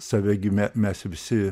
save gi mes visi